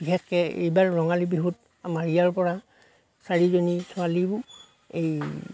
বিশেষকে এইবাৰ ৰঙালী বিহুত আমাৰ ইয়াৰ পৰা চাৰিজনী ছোৱালীও এই